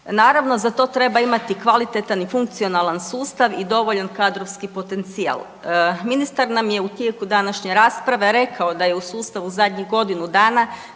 Naravno za to treba imati kvalitetan i funkcionalan sustav i dovoljan kadrovski potencijal. Ministar nam je u tijeku današnje rasprave rekao da je u sustavu zadnjih godinu dana